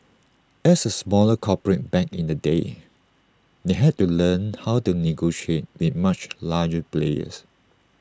as A smaller corporate back in the day they had to learn how to negotiate with much larger players